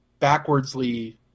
backwardsly